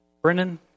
Brennan